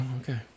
Okay